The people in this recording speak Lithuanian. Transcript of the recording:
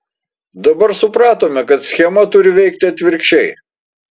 dabar supratome kad schema turi veikti atvirkščiai